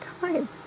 time